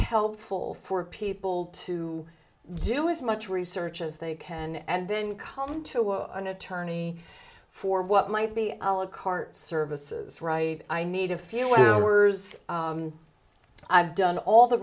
helpful for people to do as much research as they can and then come to an attorney for what might be a low cart services right i need a few hours i've done all the